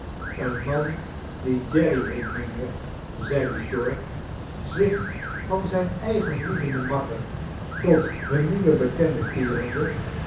een man die jerry heet mynheer zeide short zich van zijn eigenlievenden makker tot hun nieuwen bekende keerende